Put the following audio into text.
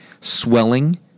swelling